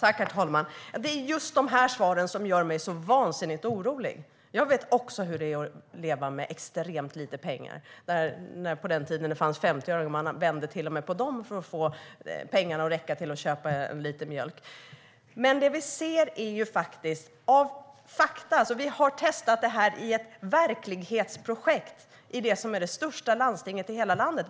Herr talman! Det är just de svaren som gör mig så vansinnigt orolig. Jag vet också hur det är att leva med extremt lite pengar. På den tiden det fanns 50-öringar vände jag till och med på dem för att få pengarna att räcka till att köpa en liter mjölk. Det vi ser är något annat. Faktum är att vi har testat detta i ett verklighetsprojekt i det största landstinget i hela landet.